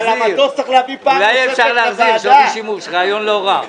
על המטוס צריך להביא פעם נוספת לוועדה.